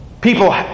People